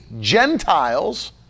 Gentiles